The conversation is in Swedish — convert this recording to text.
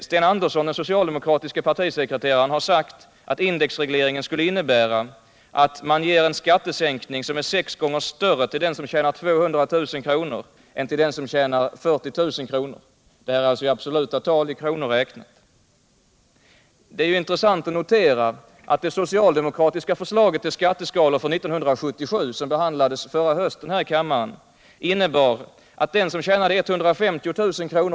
Sten Andersson, den socialdemokratiske partisekreteraren, har sagt att indexregleringen skulle innebära att man ger en skattesänkning som är sex gånger större till den som tjänar 200 000 kr. än till den som tjänar 40 000 kr. Det är alltså i absoluta tal i kronor räknat. Det är intressant att notera att det socialdemokratiska förslaget till skatteskalor för 1977, som behandlades förra hösten här i kammaren, innebar att den som tjänade 150 000 kr.